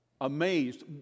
amazed